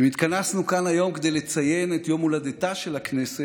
האם התכנסנו כאן היום כדי לציין את יום הולדתה של הכנסת,